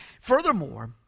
Furthermore